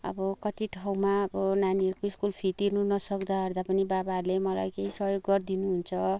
अब कति ठाउँमा अब नानीहरूको स्कुल फी तिर्नु नसक्दा ओर्दा पनि बाबाहरूले मलाई केही सहयोग गरिदिनुहुन्छ